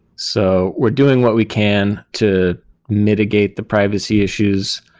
so we're doing what we can to mitigate the privacy issues.